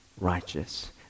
righteous